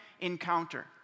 encounter